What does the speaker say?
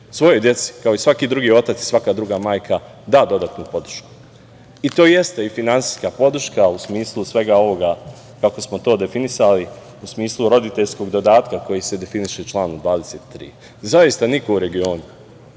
svojoj deci, kao i svaki drugi otac i svaka druga majka, da dodatnu podršku. To jeste i finansijska podrška u smislu svega ovoga kako smo to definisali, u smislu roditeljskog dodatka koji se definiše članom 23.Zaista niko u regionu,